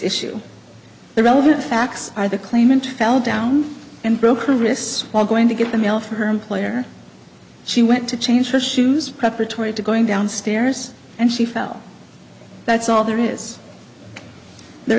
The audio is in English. the relevant facts are the claimant fell down and broke her wrists while going to get the mail from her employer she went to change her shoes preparatory to going downstairs and she fell that's all there is there